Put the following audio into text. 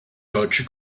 deutsche